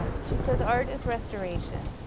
she says art is restoration,